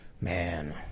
man